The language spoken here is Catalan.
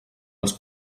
els